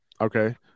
okay